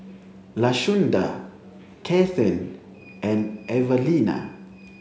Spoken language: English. Lashunda Cathern and Evalena